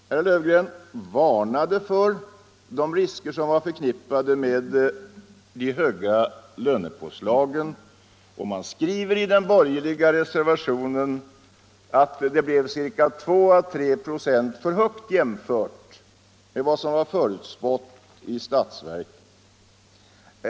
Herr Löfgren varnade för de risker som är förknippade med de höga lönepåslagen. I den borgerliga reservationen står det att avtalsuppgörelsen hamnat ca 2-3 96 för högt jämfört med vad som förutspåddes i budgetpropositionen.